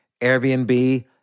Airbnb